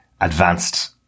advanced